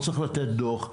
צריך לתת דוח.